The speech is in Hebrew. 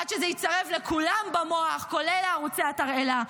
עד שזה ייצרב לכולם במוח, כולל לערוצי התרעלה: